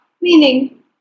meaning